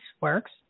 works